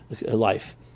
life